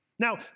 Now